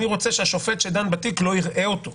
אני רוצה שהשופט שדן בתיק אפילו לא יראו אותו,